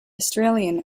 australian